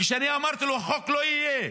כשאני אמרתי לו: חוק לא יהיה,